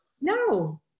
No